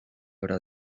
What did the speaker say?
hora